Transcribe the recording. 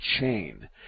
chain